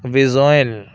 visual